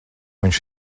viņš